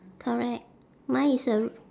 correct mine is a r~